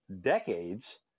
decades